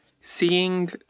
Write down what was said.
Seeing